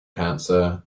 cancer